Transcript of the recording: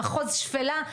מחוז שפלה,